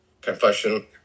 Confession